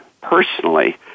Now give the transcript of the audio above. personally